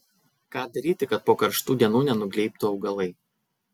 ką daryti kad po karštų dienų nenugeibtų augalai